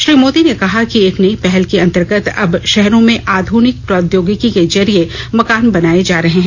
श्री मोदी ने कहा कि एक नई पहल के अंतर्गत अब शहरों में आध्निक प्रौद्योगिकी के जरिए मकान बनाये जा रहे हैं